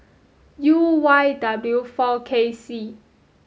U Y W four K C